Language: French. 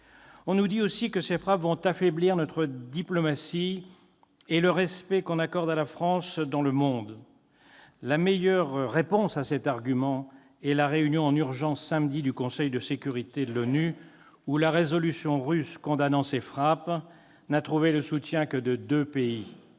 On nous dit aussi que ces frappes vont affaiblir notre diplomatie et le respect qu'on accorde à la France dans le monde. La meilleure réponse à cet argument est la réunion en urgence samedi du Conseil de sécurité de l'ONU, où la résolution russe condamnant ces frappes n'a trouvé le soutien que de deux pays,